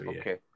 Okay